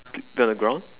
to the ground